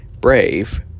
brave